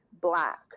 black